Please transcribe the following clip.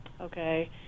Okay